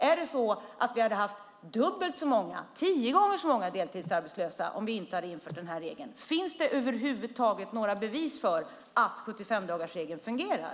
Är det så att vi hade haft dubbelt så många eller tio gånger så många deltidsarbetslösa om vi inte hade infört den här regeln? Finns det över huvud taget några bevis för att 75-dagarsregeln fungerar?